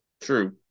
True